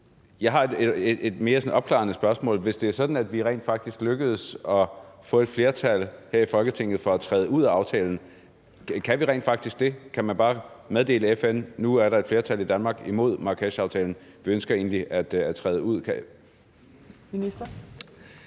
Jeg har et sådan mere opklarende spørgsmål: Hvis det var sådan, at vi rent faktisk lykkedes med at få et flertal her i Folketinget for at træde ud af aftalen, kan vi så rent faktisk det? Kan man bare meddele FN, at nu er der et flertal i Danmark imod Marrakesherklæringen, og vi ønsker egentlig at træde ud?